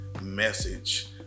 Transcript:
message